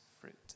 fruit